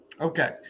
Okay